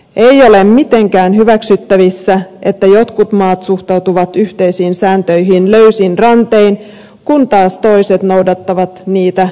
ei ole mitenkään hyväksyttävissä että jotkut maat suhtautuvat yhteisiin sääntöihin löysin rantein kun taas toiset noudattavat niitä tunnontarkasti